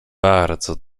bardzo